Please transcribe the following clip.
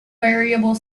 variable